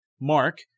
Mark